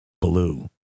blue